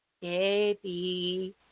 Baby